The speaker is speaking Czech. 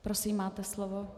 Prosím, máte slovo.